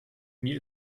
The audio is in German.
mir